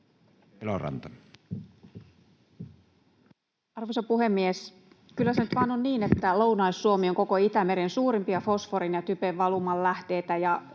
Content: Arvoisa puhemies! Kyllä se nyt vain on niin, että Lounais-Suomi on koko Itämeren suurimpia fosforin ja typen valuman lähteitä.